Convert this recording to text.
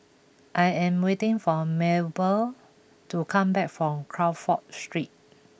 I am waiting for Mabelle to come back from Crawford Street